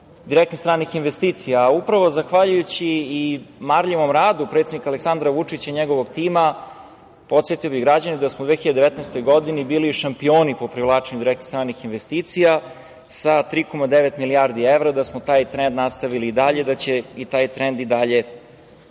direktnih stranih investicija, upravo zahvaljujući i marljivom radu predsednika Aleksandra Vučića i njegovog tima. Podsetio bih građane da smo u 2019. godini bili šampioni po privlačenju direktnih stranih investicija, sa 3,9 milijardi evra, da smo taj trend nastavili i dalje i da ćemo taj trend i dalje